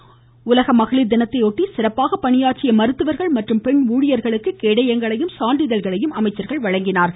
தொடா்ந்து உலக மகளிர் தினத்தையொட்டி சிறப்பாக பணியாற்றிய மருத்துவர்கள் மற்றும் பெண் ஊழியர்களுக்கு கேடயங்கள் மற்றும் சான்றிதழ்களை அமைச்சர்கள் வழங்கினார்கள்